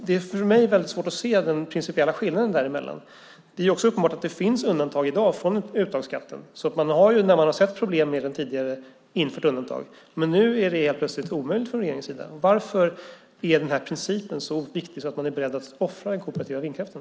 Det är för mig väldigt svårt att se den principiella skillnaden däremellan. Det är också uppenbart att det finns undantag i dag från uttagsskatten. När man har sett problem med den tidigare har man infört undantag, men nu är det helt plötsligt omöjligt från regeringens sida. Varför är den här principen så viktig att man är beredd att offra den kooperativa vindkraften?